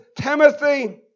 Timothy